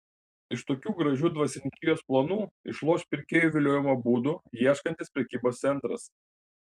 iš tokių gražių dvasininkijos planų išloš pirkėjų viliojimo būdų ieškantis prekybos centras